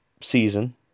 season